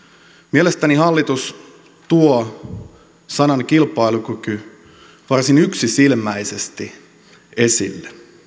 mielestäni hallitus tuo sanan kilpailukyky varsin yksisilmäisesti esille